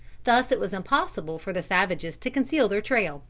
thus it was impossible for the savages to conceal their trail,